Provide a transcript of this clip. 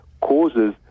causes